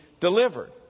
Delivered